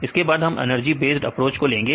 इसके बाद हम एनर्जी बेस्ड अप्रोच को लेंगे